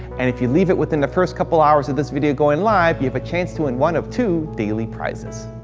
and if you leave it within the first couple hours of this video going live, you have a chance to win one of two daily prizes.